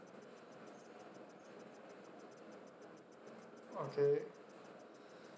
okay